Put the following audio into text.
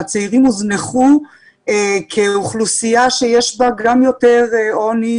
שהצעירים הוזנחו כאוכלוסייה שיש בה גם יותר עוני,